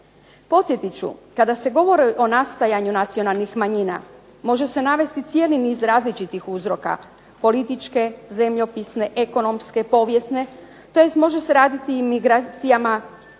Podsjetit ću, kada se govori o nastajanju nacionalnih manjina može se navesti cijeli niz različitih uzroka, političke, zemljopisne, ekonomske, povijesne, tj. može se raditi i migracijama